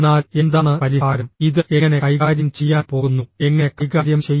എന്നാൽ എന്താണ് പരിഹാരം ഇത് എങ്ങനെ കൈകാര്യം ചെയ്യാൻ പോകുന്നു എങ്ങനെ കൈകാര്യം ചെയ്യും